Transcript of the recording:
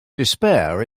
despair